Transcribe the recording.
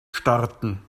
starten